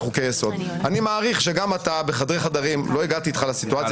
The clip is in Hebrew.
אני רק אתייחס לשאלה של קארין אלהרר: כרגע לא